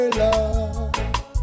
love